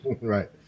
right